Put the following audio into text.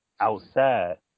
outside